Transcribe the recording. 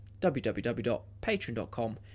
www.patreon.com